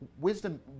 Wisdom